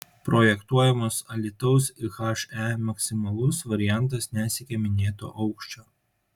projektuojamos alytaus he maksimalus variantas nesiekia minėto aukščio